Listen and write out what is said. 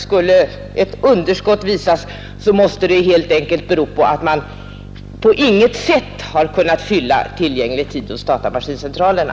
Om underskott uppstår i fortsättningen, måste det helt enkelt bero på att man på inte har fyllt tillgänglig tid hos datamaskincentralerna.